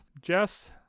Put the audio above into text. Jess